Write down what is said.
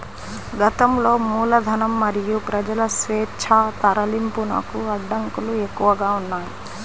గతంలో మూలధనం మరియు ప్రజల స్వేచ్ఛా తరలింపునకు అడ్డంకులు ఎక్కువగా ఉన్నాయి